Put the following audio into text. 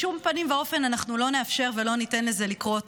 בשום פנים ואופן אנחנו לא נאפשר ולא ניתן לזה לקרות.